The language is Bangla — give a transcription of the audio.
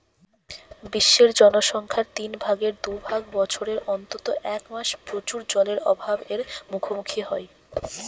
বিশ্বের জনসংখ্যার তিন ভাগের দু ভাগ বছরের অন্তত এক মাস প্রচুর জলের অভাব এর মুখোমুখী হয়